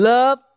Love